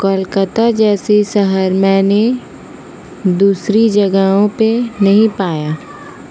کولکتہ جیسیے شہر میں نے دوسری جگہوں پہ نہیں پایا